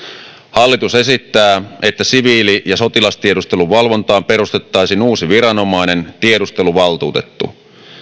hallitus esittää että siviili ja sotilastiedustelun valvontaan perustettaisiin uusi viranomainen tiedusteluvaltuutettu